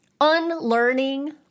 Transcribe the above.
unlearning